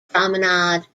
promenade